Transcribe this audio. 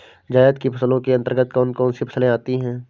जायद की फसलों के अंतर्गत कौन कौन सी फसलें आती हैं?